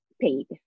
paid